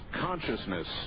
consciousness